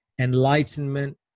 enlightenment